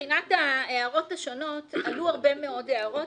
מבחינת ההערות השונות עלו הרבה מאוד הערות,